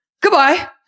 Goodbye